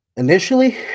Initially